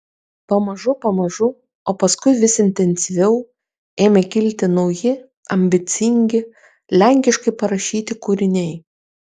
pamažu pamažu o paskui vis intensyviau ėmė kilti nauji ambicingi lenkiškai parašyti kūriniai